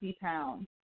pounds